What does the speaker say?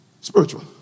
spiritual